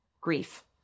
grief